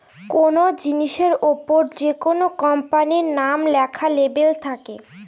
কোনো জিনিসের ওপর যেকোনো কোম্পানির নাম লেখা লেবেল থাকে